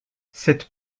cette